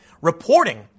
reporting